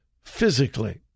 Physically